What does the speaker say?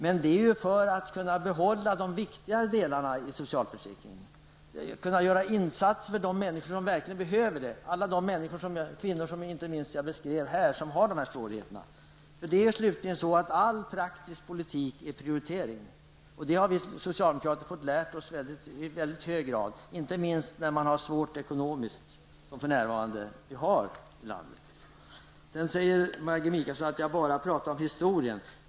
Men det var ju för att kunna behålla de viktigare delarna i socialförsäkringen, kunna göra insatser för alla de människor som verkligen behöver det; inte minst alla de kvinnor som jag beskrev och som har de här svårigheterna. Det är ju slutligen så att all praktisk politik är prioritering. Det har vi socialdemokrater fått lära oss i hög grad. Det gäller inte minst när man har det svårt ekonomiskt, vilket vi för närvarande har här i landet. Maggi Mikaelsson sade att jag bara talar om historien.